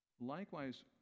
Likewise